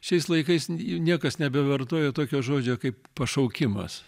šiais laikais niekas nebevartoja tokio žodžio kaip pašaukimas